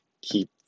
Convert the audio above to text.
keep